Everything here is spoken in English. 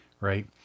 right